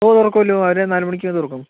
ഓ തുറക്കുമല്ലൊ ഒര് നാല് മണിക്ക് തുറക്കും